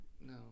no